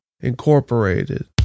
Incorporated